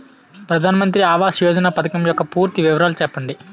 ప్రధాన మంత్రి ఆవాస్ యోజన పథకం యెక్క పూర్తి వివరాలు చెప్పండి?